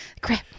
Crap